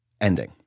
ending